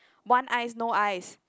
want ice no ice